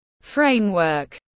framework